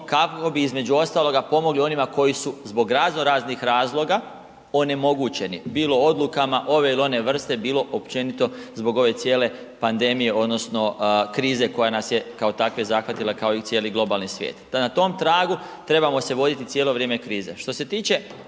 kako bi između ostaloga pomogli onima koji su zbog raznoraznih razloga onemogućeni, bilo odlukama one ili ove vrste bilo općenito zbog ove cijele pandemije odnosno krize koja nas je kao takve zatekla kao i cijeli globalni svijet, da na tom tragu trebamo se voditi cijelo vrijeme krize.